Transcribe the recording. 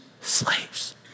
slaves